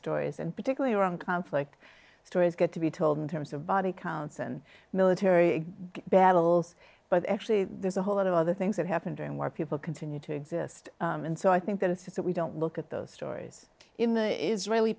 stories and particularly around conflict stories get to be told in terms of body counts and military battles but actually there's a whole lot of other things that happen during war people continue to exist and so i think that it's that we don't look at those stories in the israeli